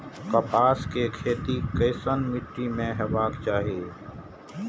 कपास के खेती केसन मीट्टी में हेबाक चाही?